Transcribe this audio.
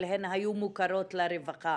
אבל הן היו מוכרות לרווחה.